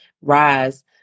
rise